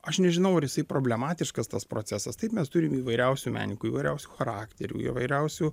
aš nežinau ar jisai problematiškas tas procesas taip mes turime įvairiausių menininkų įvairiausių charakterių įvairiausių